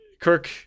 Kirk